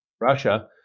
Russia